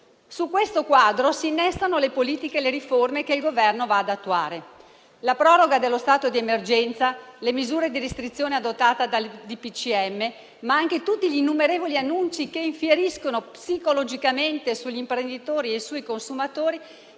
Su questo quadro si innestano le politiche e le riforme che il Governo va ad attuare. La proroga dello stato di emergenza, le misure di restrizione adottate dal decreto del Presidente del Consiglio dei ministri, ma anche tutti gli innumerevoli annunci che infieriscono psicologicamente sugli imprenditori e sui consumatori